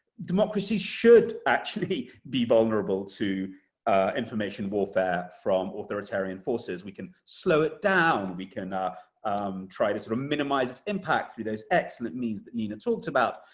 democracy should, actually, be vulnerable to information warfare from authoritarian forces. we can slow it down. we can ah um try to minimize its impact through those excellent means that nina talked about.